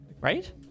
right